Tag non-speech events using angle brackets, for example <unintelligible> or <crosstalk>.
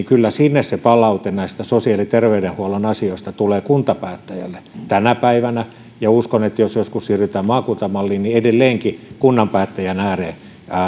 <unintelligible> kyllä sinne se palaute näistä sosiaali ja terveydenhuollon asioista tulee kuntapäättäjälle tänä päivänä ja uskon että jos joskus siirrytään maakuntamalliin niin edelleenkin kunnan päättäjän ääreen